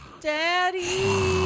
Daddy